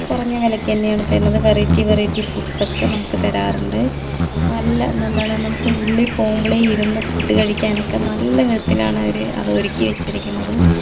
കുറഞ്ഞ വിലയ്ക്ക് തന്നെയാണ് തരുന്നത് വെറൈറ്റി വെറൈറ്റി ഫുഡ്സൊക്കെ നമുക്ക് തരാറുണ്ട് നല്ല എന്താണ് നമുക്ക് ഉള്ളിൽ പോകുമ്പോഴേ ഇരുന്നു ഫുഡ് കഴിക്കാനൊക്കെ നല്ല വിധത്തിലാണ് അവരത് അത് ഒരുക്കി വെച്ചിരിക്കണത്